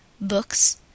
books